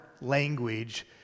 language